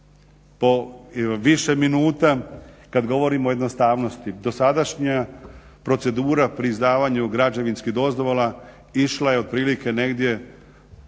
po više minuta kad govorim o jednostavnosti. Dosadašnja procedura pri izdavanju građevinskih dozvola išla je otprilike negdje do